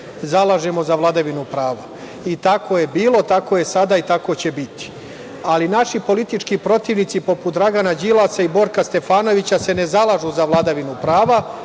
zalažemo za vladavinu prava. Tako je bilo, tako je sada i tako će i biti. Ali, naši politički protivnici, poput Dragana Đilasa i Borka Stefanovića, ne zalažu se za vladavinu prava,